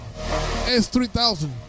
S3000